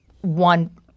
one